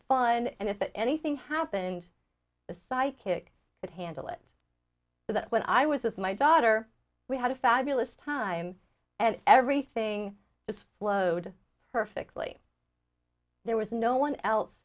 fun and if anything happened a psychic could handle it so that when i was with my daughter we had a fabulous time and everything has flowed perfectly there was no one else